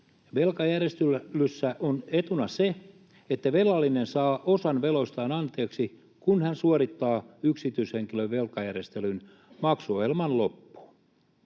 Velkajärjestelyssä on etuna se, että velallinen saa osan veloistaan anteeksi, kun hän suorittaa yksityishenkilön velkajärjestelyn maksuohjelman loppuun.